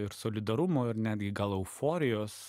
ir solidarumo ir netgi gal euforijos